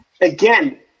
again